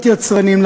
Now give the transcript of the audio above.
להיות יצרניים,